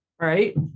Right